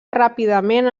ràpidament